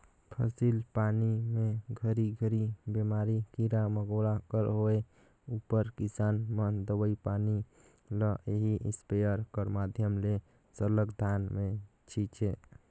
फसिल पानी मे घरी घरी बेमारी, कीरा मकोरा कर होए उपर किसान मन दवई पानी ल एही इस्पेयर कर माध्यम ले सरलग धान मे छीचे